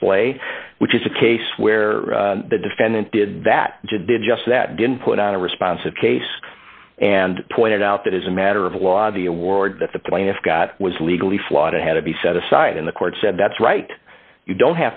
display which is a case where the defendant did that did just that didn't put on a responsive case and pointed out that as a matter of law the award that the plaintiff got was legally flawed and had to be set aside in the court said that's right you don't